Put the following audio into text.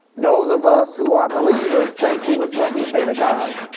those of us who are believers, thank you is what we say to god.